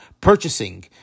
purchasing